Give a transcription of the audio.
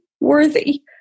worthy